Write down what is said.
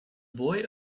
boy